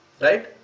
right